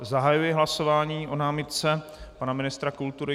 Zahajuji hlasování o námitce pana ministra kultury.